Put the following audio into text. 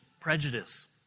prejudice